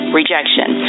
rejection